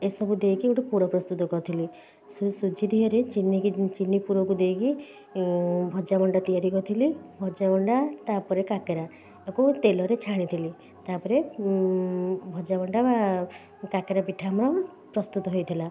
ଏସବୁ ଦେଇକି ଗୋଟେ ପୁର ପ୍ରସ୍ତୁତ କରିଥିଲି ସୁଜି ଦିହରେ ଚିନିକି ଚିନି ପୁରକୁ ଦେଇକି ଭଜା ମଣ୍ଡା ତିଆରି କରିଥିଲି ଭଜା ମଣ୍ଡା ତା'ପରେ କାକେରା ତାକୁ ତେଲରେ ଛାଣିଥିଲି ତା'ପରେ ଭଜା ମଣ୍ଡା ବା କାକେରା ପିଠା ପ୍ରସ୍ତୁତ ହେଇଥିଲା